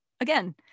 Again